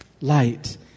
Light